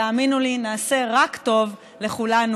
תאמינו לי, נעשה רק טוב לכולנו.